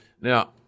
Now